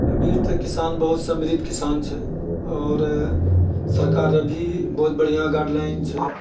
अभी तऽ किसान बहुत समृद्ध किसान छै आओर सरकार अभी बहुत बढ़िआँ गाइडलाइन छै